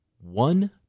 one